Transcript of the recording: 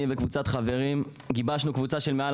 אני וקבוצת חברים מהמרכז גיבשנו קבוצה של מעל